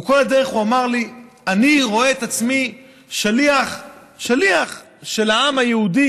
כל הדרך הוא אמר לי: אני רואה את עצמי שליח של העם היהודי,